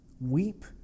weep